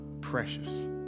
precious